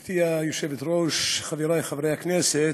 גברתי היושבת-ראש, חברי חברי הכנסת,